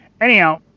Anyhow